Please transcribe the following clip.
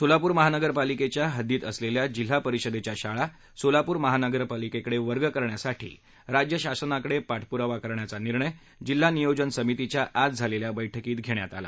सोलापूर महानगरपालिकेच्या हद्दीत असलेल्या जिल्हा परिषदेच्या शाळा सोलापूर महानगरपालिकेकडे वर्ग करण्यासाठी राज्य शासनाकडे पाठपुरावा करण्याचा निर्णय जिल्हा नियोजन समितीच्या आज झालेल्या बैठकीत घेण्यात आला